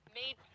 made